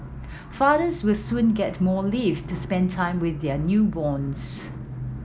fathers will soon get more leave to spend time with their newborns